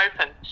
open